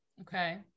Okay